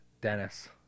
Dennis